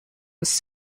was